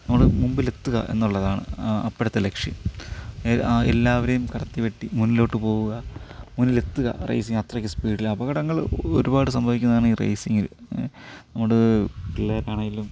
നമ്മള് മുമ്പിലെത്തുക എന്നുള്ളതാണ് അപ്പഴത്തെ ലക്ഷ്യം എല്ലാവരെയും കടത്തി വെട്ടി മുന്നോട്ട് പോവുക മുന്നിലെത്തുക റേസിങ് അത്രക്ക് സ്പീഡിലാണ് അപകടങ്ങള് ഒരുപാട് സംഭവിക്കുന്നതാണ് ഈ റേസിങ്ങിൽ അത്കൊണ്ട് പിള്ളേരാണെങ്കിലും